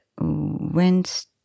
went